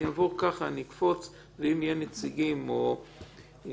אני אעבור ואקפוץ ואם יהיו נציגים או אם